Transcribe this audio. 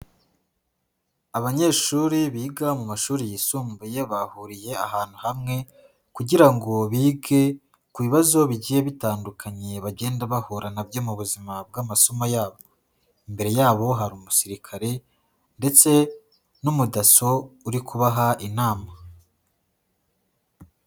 Abanyeshuri biga mu mashuri yisumbuye bahuriye ahantu hamwe kugira ngo bige ku bibazo bigiye bitandukanye bagenda bahura na byo mu buzima bw'amasomo yabo, imbere yabo hari umusirikare ndetse n'umudaso uri kubaha inama.